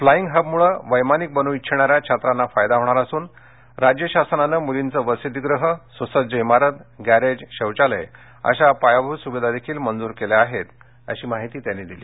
flying हबमुळे वैमानिक बनू इचिछणाऱ्या छात्रांना फायदा होणार असून राज्य शासनानं मुलींचे वसतिगृह सुसज्ज इमारत गॅरेज शौचालय या पायाभूत सुविधा मंजूर केल्या आहेत असंही ते म्हणाले